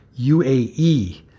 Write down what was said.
UAE